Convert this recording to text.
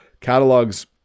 catalogs